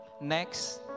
Next